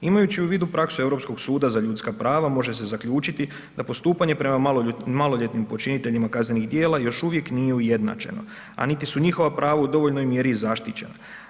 Imajući u vidu praksu Europskog suda za ljudska prava, može se zaključiti da postupanje prema maloljetnim počiniteljima kaznenih djela još uvijek nije ujednačeno, a niti su njihova prava u dovoljnoj mjeri zaštićena.